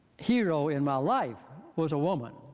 hero in my life was a woman,